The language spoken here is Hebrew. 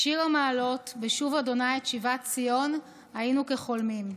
"שיר המעלות בשוב ה' את שיבת ציון היינו כחולמים.